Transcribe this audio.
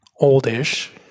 oldish